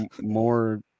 more